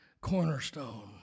cornerstone